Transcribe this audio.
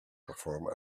perform